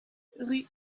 rue